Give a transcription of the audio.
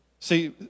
See